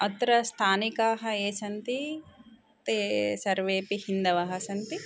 अत्र स्थानिकाः ये सन्ति ते सर्वेऽपि हिन्दवः सन्ति